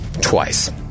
Twice